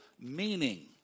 meaning